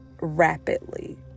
rapidly